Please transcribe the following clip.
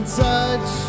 touch